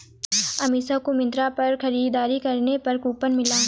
अमीषा को मिंत्रा पर खरीदारी करने पर कूपन मिला